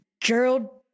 Gerald